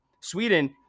Sweden